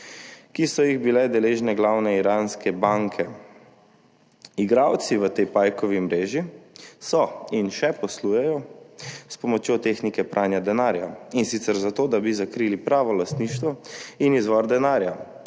ki so jih bile deležne glavne iranske banke. Igralci v tej pajkovi mreži so in še poslujejo s pomočjo tehnike pranja denarja, in sicer zato da bi zakrili pravo lastništvo in izvor denarja.